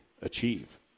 achieve